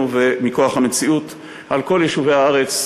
ומכוח המציאות על כל יישובי הארץ,